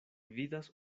vidas